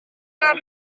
naar